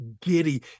giddy